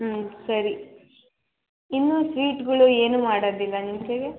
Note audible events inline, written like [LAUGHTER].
ಹ್ಞೂ ಸರಿ ಇನ್ನೂ ಸ್ವೀಟ್ಗಳು ಏನು ಮಾಡೋದಿಲ್ವ [UNINTELLIGIBLE]